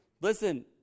listen